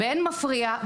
באין מפריע.